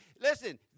listen